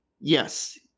Yes